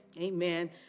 Amen